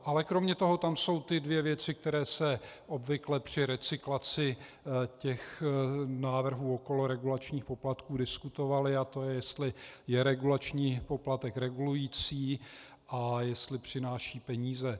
Ale kromě toho tam jsou ty dvě věci, které se obvykle při recyklaci návrhů okolo regulačních poplatků diskutovaly, a to je, jestli je regulační poplatek regulující a jestli přináší peníze.